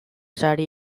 sari